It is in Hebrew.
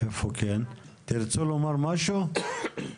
תרצו לומר משהו?